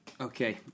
Okay